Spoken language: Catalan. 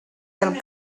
del